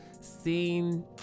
seen